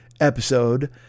episode